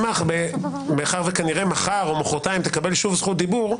מאחר שמחר או מוחרתיים שוב תקבל זכות דיבור,